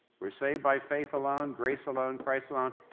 we're saved by faith alone, grace alone, christ alone.